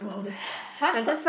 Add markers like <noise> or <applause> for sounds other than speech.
the <breath> !huh! so